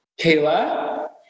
Kayla